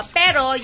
pero